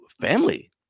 family